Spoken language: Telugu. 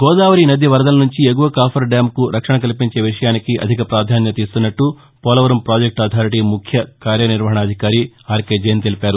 గోదావరి నది వరదల నుంచి ఎగువ కాఫర్ డ్యామ్కు రక్షణ కల్పించే విషయానికి అధిక పాధాన్యత ఇస్తున్నట్లు పోలవరం పాజెక్టు అథారిటీ ముఖ్య కార్యనిర్వహణాధికారి ఆర్కే జైన్ తెలిపారు